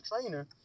trainer